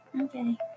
Okay